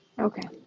Okay